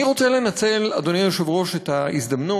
אני רוצה לנצל, אדוני היושב-ראש, את ההזדמנות